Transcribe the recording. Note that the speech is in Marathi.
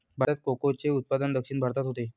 भारतात कोकोचे उत्पादन दक्षिण भारतात होते